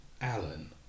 Alan